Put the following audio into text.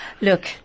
Look